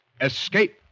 Escape